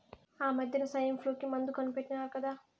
ఆమద్దెన సైన్ఫ్లూ కి మందు కనిపెట్టినారు కదా